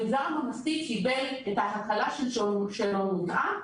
המגזר הממלכתי קיבל את ההקלה של שאלון מותאם,